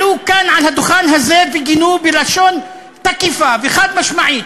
עלו כאן על הדוכן הזה וגינו בלשון תקיפה וחד-משמעית,